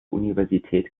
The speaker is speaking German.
universität